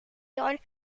yard